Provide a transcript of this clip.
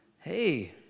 hey